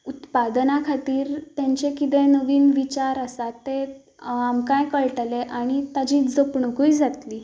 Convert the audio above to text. उत्पादनां खातीर तांचे नवीन कितेंय विचार आसात तें आमकांय कळटलें आनी ताजी जपणूकय जातली